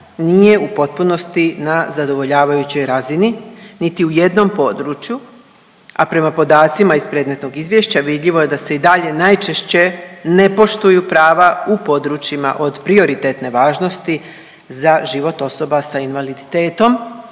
nije u potpunosti na zadovoljavajućoj razini niti u jednom području, a prema podacima iz predmetnog izvješća vidljivo je da se i dalje najčešće ne poštuju prava u područjima od prioritetne važnosti za život osoba sa invaliditetom